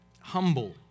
humble